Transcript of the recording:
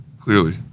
clearly